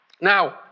Now